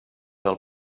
del